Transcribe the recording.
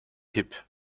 hip